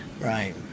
Right